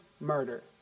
murder